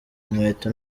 inkweto